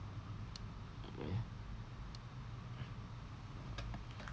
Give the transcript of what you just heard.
okay